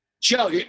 Joe